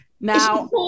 now